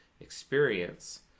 experience